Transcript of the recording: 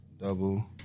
double